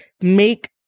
make